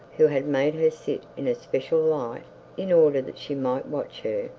who had made her sit in a special light in order that she might watch her,